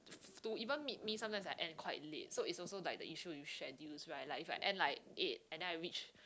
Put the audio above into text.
to even meet me sometimes I end quite late so it's also like the issue with schedules right like if I end like eight and then I reach